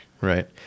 right